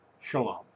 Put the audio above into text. shalom